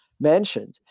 mentioned